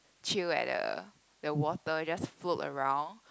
chill at the the water just float around